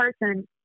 person